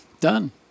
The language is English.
Done